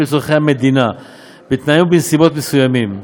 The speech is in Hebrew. לצורכי המדינה בתנאים ובנסיבות מסוימים,